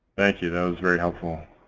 thank you. that was very helpful.